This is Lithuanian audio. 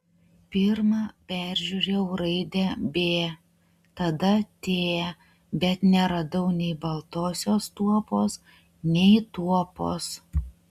pirma peržiūrėjau raidę b tada t bet neradau nei baltosios tuopos nei tuopos